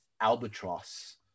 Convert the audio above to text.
albatross